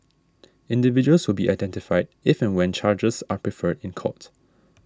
individuals will be identified if and when charges are preferred in court